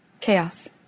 Chaos